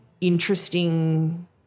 interesting